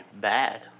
bad